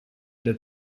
der